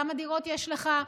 כמה דירות יש לך.